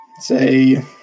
say